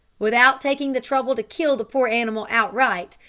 without taking the trouble to kill the poor animal outright,